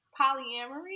polyamory